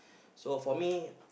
so for me